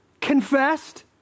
confessed